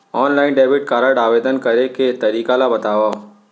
Online debit card आवेदन करे के तरीका ल बतावव?